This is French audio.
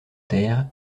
terre